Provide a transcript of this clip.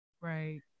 Right